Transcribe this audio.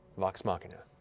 vox machina,